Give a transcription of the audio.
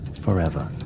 forever